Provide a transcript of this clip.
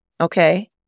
okay